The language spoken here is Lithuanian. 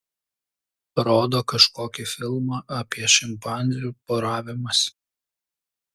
rodo kažkokį filmą apie šimpanzių poravimąsi